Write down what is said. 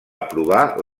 aprovar